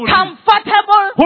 comfortable